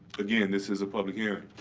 again, this is a public hearing.